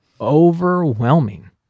overwhelming